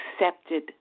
accepted